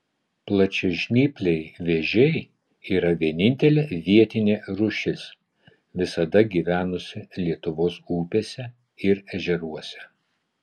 plačiažnypliai vėžiai yra vienintelė vietinė rūšis visada gyvenusi lietuvos upėse ir ežeruose